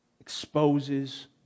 exposes